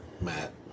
Matt